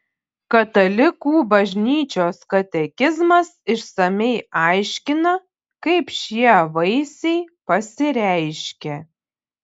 katalikų bažnyčios katekizmas išsamiai aiškina kaip šie vaisiai pasireiškia